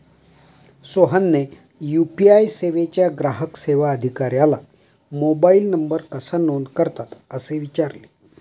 सोहनने यू.पी.आय सेवेच्या ग्राहक सेवा अधिकाऱ्याला मोबाइल नंबर कसा नोंद करतात असे विचारले